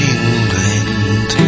England